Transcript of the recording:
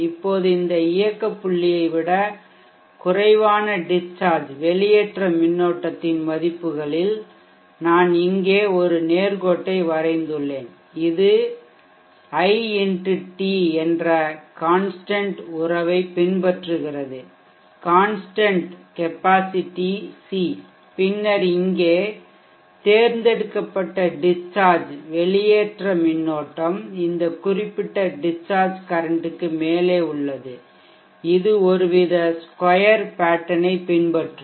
இப்போது இந்த இயக்க புள்ளியை விட குறைவான டிஷ்சார்ஜ் வெளியேற்றமின்னோட்டத்தின் மதிப்புகளில் நான் இங்கே ஒரு நேர் கோட்டை வரைந்துள்ளேன் இது I x t என்ற கான்ஷ்டன்ட் உறவைப் பின்பற்றுகிறது கான்ஷ்டன்ட் கெப்பாசிட்டி சி பின்னர் இங்கே தேர்ந்தெடுக்கப்பட்ட டிஷ்சார்ஜ் வெளியேற்ற மின்னோட்டம் இந்த குறிப்பிட்ட டிஷ்சார்ஜ் கரன்ட்க்கு மேலே உள்ளது இது ஒருவித ஸ்கொயர் பேட்டர்ன் ஐ பின்பற்றும்